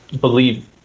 believe